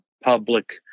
public